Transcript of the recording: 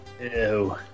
Ew